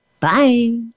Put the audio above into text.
Bye